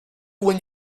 when